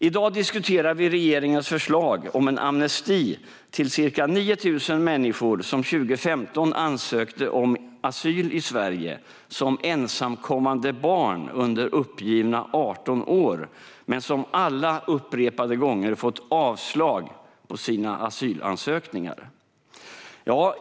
I dag diskuterar vi regeringens förslag om en amnesti till ca 9 000 människor som 2015 ansökte om asyl i Sverige som ensamkommande barn under uppgivna 18 år men som alla upprepade gånger har fått avslag på sina asylansökningar.